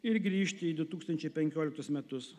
ir grįžti į du tūkstančiai penkioliktus metus